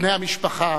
בני המשפחה,